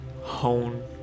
hone